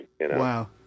Wow